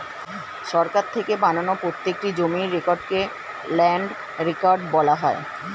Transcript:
সরকার থেকে বানানো প্রত্যেকটি জমির রেকর্ডকে ল্যান্ড রেকর্ড বলা হয়